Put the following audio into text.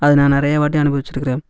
அது நான் நிறையா வாட்டி அனுபவிச்சிருக்கிறேன்